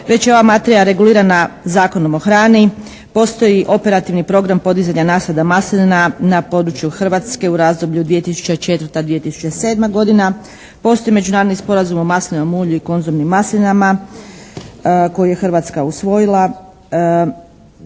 već je ova materija regulirana Zakonom o hrani, postoji operativni program podizanja nasada na maslina na području Hrvatske u razdoblju 2004./2007. godina, postoji međunarodni sporazum o maslinovom ulju i …/Govornik se ne razumije./… maslinama koji je Hrvatska usvojila.